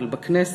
אבל בכנסת,